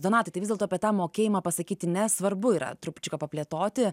donatai tai vis dėlto apie tą mokėjimą pasakyti ne svarbu yra trupučiuką paplėtoti